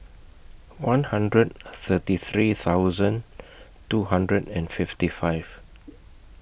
one hundred thirty three thousand two hundred and fifty five